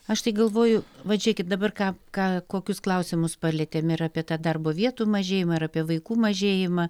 aš tai galvoju vat žiūrėkit dabar ką ką kokius klausimus palietėm ir apie tą darbo vietų mažėjimą ir apie vaikų mažėjimą